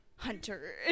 hunter